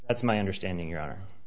that's my understanding o